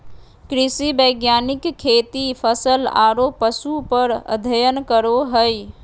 कृषि वैज्ञानिक खेती, फसल आरो पशु पर अध्ययन करो हइ